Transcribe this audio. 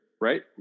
right